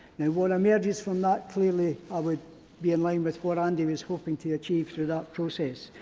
what emerges from that, clearly, i would be in line with what andy is hoping to achieve through the process.